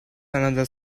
another